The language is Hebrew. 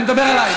אני מדבר עלי.